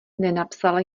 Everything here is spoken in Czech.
nenapsal